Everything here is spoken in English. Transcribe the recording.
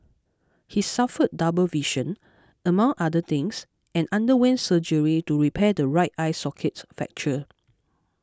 he suffered double vision among other things and underwent surgery to repair the right eye socket fracture